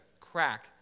crack